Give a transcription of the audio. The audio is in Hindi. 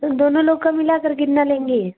दोनों लोग का मिलाकर कितना लेंगी